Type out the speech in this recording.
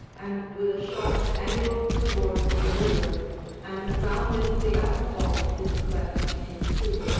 and with a sharp angle towards the river and round it the outfall is cleft in two.